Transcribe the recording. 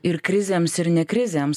ir krizėms ir ne krizėms